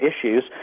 issues